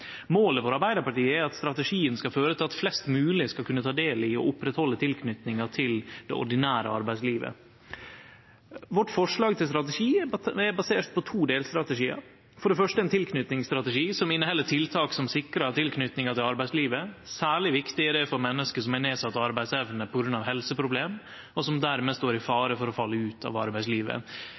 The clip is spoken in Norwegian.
Målet for Arbeidarpartiet er at strategien skal føre til at flest mogleg skal kunne ta del i og oppretthalde tilknytinga til det ordinære arbeidslivet. Vårt forslag til strategi er basert på to delstrategiar. For det første er det ein tilknytingsstrategi, som inneheld tiltak som sikrar tilknytinga til arbeidslivet. Særleg viktig er det for menneske som har nedsett arbeidsevne på grunn av helseproblem, og som dermed står i fare for å falle ut av arbeidslivet.